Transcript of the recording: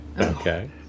Okay